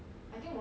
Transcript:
oh